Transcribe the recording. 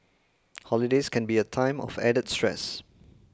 holidays can be a time of added stress